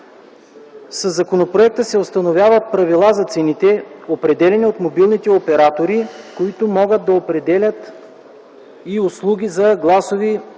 Със законопроекта се установяват правила за цените, определени от мобилните оператори, които могат да определят и услуги за гласови